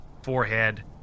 Forehead